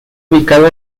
ubicado